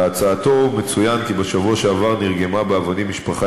בהצעתו מצוין כי בשבוע שעבר נרגמה באבנים משפחה